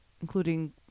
including